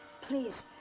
please